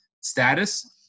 status